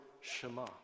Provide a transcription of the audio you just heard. Shema